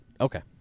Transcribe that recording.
Okay